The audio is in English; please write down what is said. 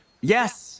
Yes